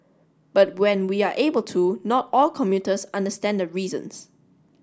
but when we are able to not all commuters understand the reasons